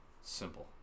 simple